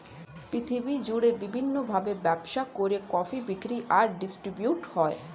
পৃথিবী জুড়ে বিভিন্ন ভাবে ব্যবসা করে কফি বিক্রি আর ডিস্ট্রিবিউট হয়